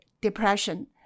depression